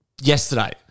yesterday